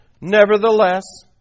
Nevertheless